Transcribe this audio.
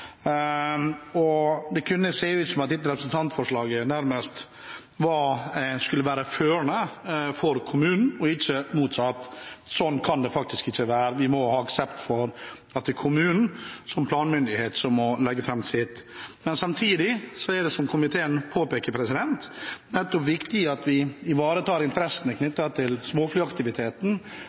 skje. Det kunne se ut som om dette representantforslaget nærmest skulle være førende for kommunen, og ikke motsatt. Sånn kan det faktisk ikke være. Vi må ha aksept for at det er kommunen som planmyndighet som må legge fram sitt. Samtidig er det, som komiteen påpeker, viktig at vi ikke minst ivaretar interessene knyttet til